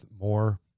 more